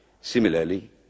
Similarly